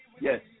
Yes